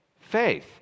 Faith